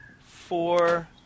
four